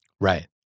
Right